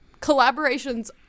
Collaborations